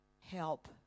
help